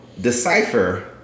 decipher